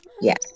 Yes